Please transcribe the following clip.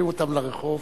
שולחים אותם לרחוב.